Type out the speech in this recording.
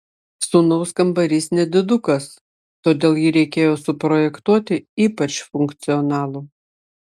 sūnaus kambarys nedidukas todėl jį reikėjo suprojektuoti ypač funkcionalų